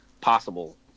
possible